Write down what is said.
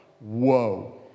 whoa